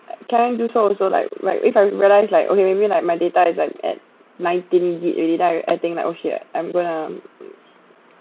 can I do so also like like with like where I just like okay maybe like my data is like at nineteen gig~ already then I think like oh shit okay I'm gonna